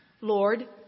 Lord